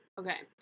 okay